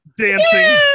Dancing